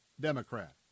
Democrat